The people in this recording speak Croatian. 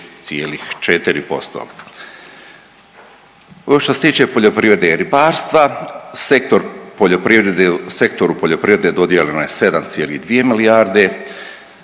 6,4%. Ovo što se tiče poljoprivrede i ribarstva, sektoru poljoprivrede dodijeljeno je 7,2 milijarde